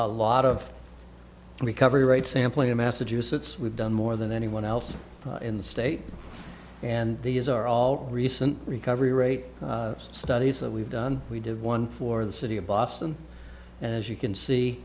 a lot of recovery right sampling in massachusetts we've done more than anyone else in the state and these are all recent recovery rate studies that we've done we did one for the city of boston as you can see